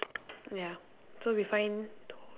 ya so we find two